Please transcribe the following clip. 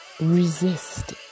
Resist